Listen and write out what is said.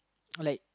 like